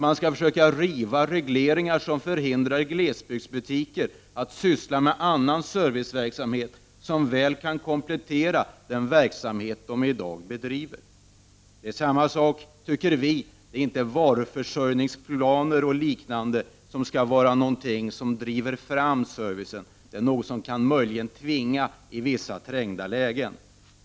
Man skall försöka få bort regleringar som förhindrar glesbygdsbutiker att syssla med annan serviceverksamhet, som väl kan komplettera den verksamhet dessa butiker i dag bedriver. Vi anser att det inte är varuförsörjningsplaner och liknande som skall driva fram servicen; det är möjligen något som kan tvingas fram i vissa trängda lägen.